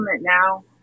now